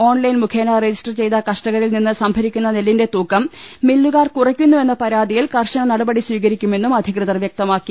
online മുഖേന register ചെയ്ത കർഷകരിൽ നിന്നു സംഭരിക്കുന്ന നെല്ലിന്റെ തൂക്കം മില്ലുകാർ കുറയ്ക്കുന്നുവെന്ന പരാതിയിൽ കർശന നടപടി സ്വീകരിക്കുമെന്നും അധികൃതർ വ്യക്തമാക്കി